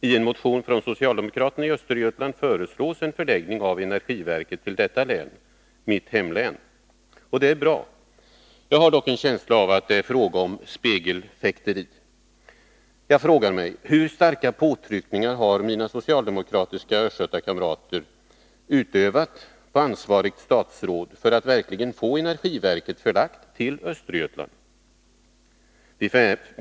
I en motion från socialdemokraterna i Östergötland föreslås förläggning av energiverket till detta län — mitt hemlän. Det är bra. Jag har dock en känsla av att det är fråga om spegelfäkteri. Hur starka påtryckningar har mina socialdemokra tiska östgötakamrater utövat på det ansvariga statsrådet för att verkligen få energiverket förlagt till Östergötland?